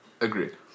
Agreed